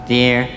Dear